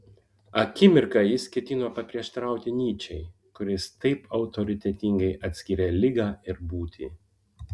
akimirką jis ketino paprieštarauti nyčei kuris taip autoritetingai atskyrė ligą ir būtį